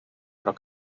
però